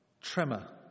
tremor